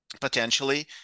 potentially